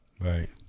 Right